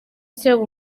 ikirego